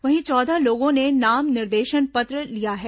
वहीं चौदह लोगों ने नाम निर्देशन पत्र लिया है